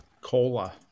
Cola